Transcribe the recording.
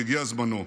והגיע זמנו.